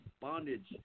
bondage